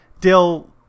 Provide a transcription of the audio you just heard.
Dill